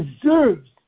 deserves